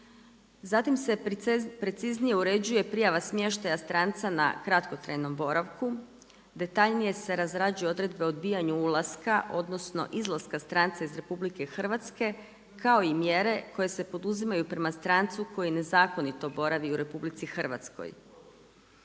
Zatim se preciznije uređuje prijava smještaja stranca na kratkotrajnom boravku, detaljnije se razrađuje odredbe o odbijanju ulaska, odnosno izlaska stranca iz RH kao i mjere koje se poduzimaju prema strancu koji nezakonito boravi u RH. Definira se